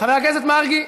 חבר הכנסת מרגי,